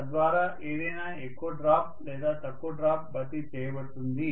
తద్వారా ఏదైనా ఎక్కువ డ్రాప్ లేదా తక్కువ డ్రాప్ భర్తీ చేయబడుతుంది